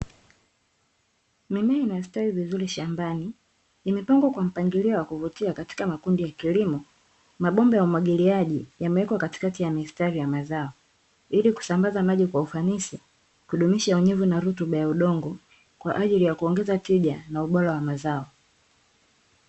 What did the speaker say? Mimea inastawi vizuri shambani, imepangwa katika mpangilio mzuri katika makundi ya kilimo, mabomba ya umwagiliaji yamewekwa katikati ya mistari ya mazao ili kusambaza maji kwa ufanisi kudumisha unyevu na rutuba ya udongo kwa ajili ya kuongeza tija na ubora wa mazao.